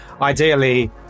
Ideally